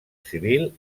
civil